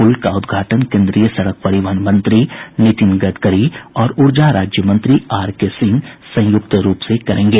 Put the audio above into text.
पुल का उद्घाटन केन्द्रीय सड़क परिवहन मंत्री नितिन गडकरी और ऊर्जा राज्य मंत्री आर के सिंह संयुक्त रूप से करेंगे